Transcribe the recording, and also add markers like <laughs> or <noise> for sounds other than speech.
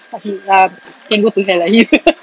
<noise> um can go to hell ah you <laughs>